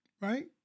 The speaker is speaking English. right